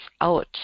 out